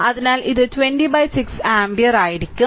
അതിനാൽ ഇത് 206 ആമ്പിയർ ആയിരിക്കും